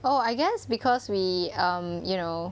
oh I guess because we um you know